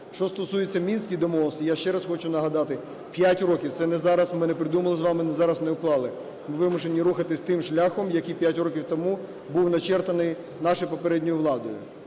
Що стосується Мінських домовленостей, я ще раз хочу нагадати, 5 років – це не зараз, ми не придумали з вами, зараз не уклали, ми вимушені рухатись тим шляхом, який 5 років тому був начертаний нашою попередньою владою.